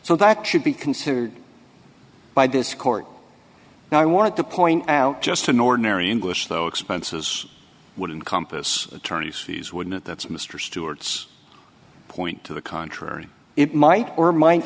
so that should be considered by this court and i wanted to point out just an ordinary english though expenses would encompass attorney's fees wouldn't that's mr stewart's point to the contrary it might or might